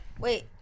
Wait